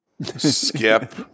Skip